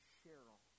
Cheryl